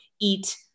eat